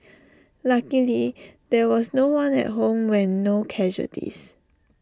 luckily there was no one at home when no casualties